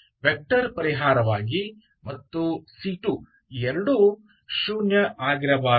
vector ಪರಿಹಾರವಾಗಿ ಮತ್ತು c2 ಎರಡೂ 0 ಆಗಿರಬಾರದು